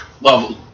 level